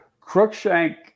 crookshank